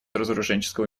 разоруженческого